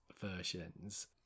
versions